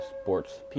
sports